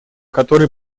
которые